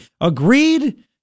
Agreed